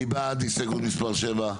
מי בעד הסתייגות מספר 7?